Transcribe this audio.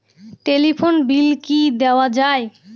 Telephone bill কি দেওয়া যায়?